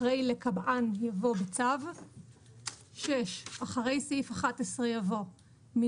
אחרי "לקבען" יבוא "בצו"; (6) אחרי סעיף 11 יבוא: "11א.